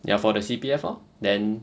ya for the C_P_F lor then